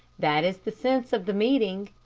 that is the sense of the meeting.